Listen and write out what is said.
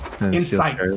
Insight